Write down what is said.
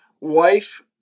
wife